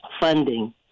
funding